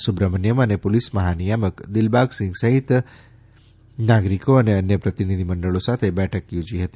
સુબ્રમણ્થમ અને પોલીસ મહાનિયામક દિલબાગ સિંહ સહિત નાગરોક અને અન્ય પ્રતિનિધિ મંડળો સાથે બેઠક યોજી હતી